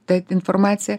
ta informacija